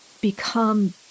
become